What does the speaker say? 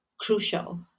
crucial